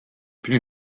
plus